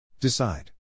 Decide